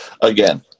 again